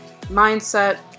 mindset